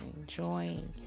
enjoying